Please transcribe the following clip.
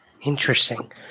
Interesting